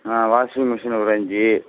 ஆ washing machine ஒரு அஞ்சு